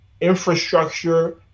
infrastructure